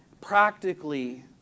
practically